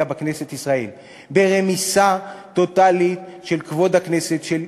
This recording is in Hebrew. בכנסת ישראל: ברמיסה טוטלית של כבוד הכנסת,